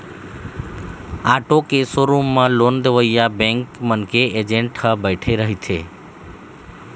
auto के showroom म loan देवइया बेंक मन के एजेंट ह बइठे रहिथे